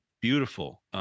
beautiful